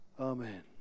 Amen